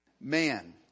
man